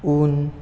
उन